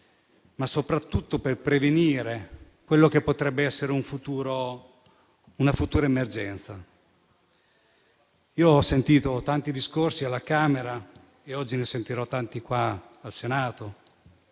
ma soprattutto come strumento per prevenire una futura emergenza. Io ho sentito tanti discorsi alla Camera e oggi ne sentirò tanti qui in Senato.